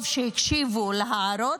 טוב שהקשיבו להערות.